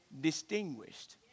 distinguished